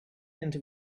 into